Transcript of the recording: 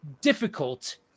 difficult